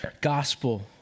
gospel